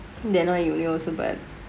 then why you you submit